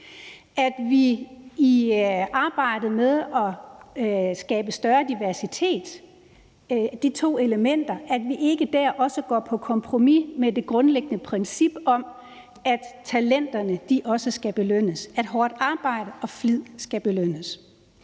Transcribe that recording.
at vi i arbejdet med at skabe større diversitet ikke går på kompromis med det grundlæggende princip om, at talenterne også skal belønnes, og at hårdt arbejde og flid skal belønnes.